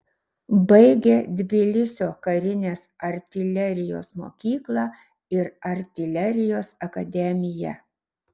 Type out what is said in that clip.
baigė tbilisio karinės artilerijos mokyklą ir artilerijos akademiją